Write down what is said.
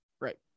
right